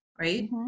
right